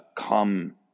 come